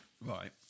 Right